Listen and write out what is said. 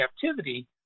captivity